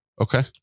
Okay